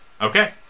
Okay